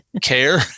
care